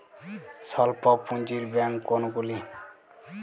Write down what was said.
স্বল্প পুজিঁর ব্যাঙ্ক কোনগুলি?